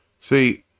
See